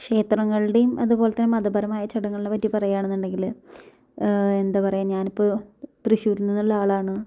ക്ഷേത്രങ്ങളുടെയും അതുപോലത്തെ മതപരമായ ചടങ്ങുകളെ പറ്റി പറയുവാണെന്നുണ്ടെങ്കിൽ എന്താണ് പറയുക ഞാനിപ്പോൾ തൃശ്ശൂരിൽ നിന്നുള്ള ആളാണ്